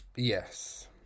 Yes